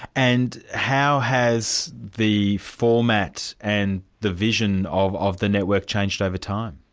and how has the format and the vision of of the network changed over time?